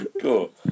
cool